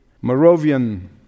Moravian